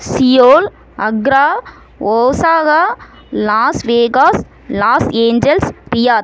Seoul Accra Osaka Las Vegas Los Angeles Pyaar